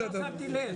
לא שמתי לב.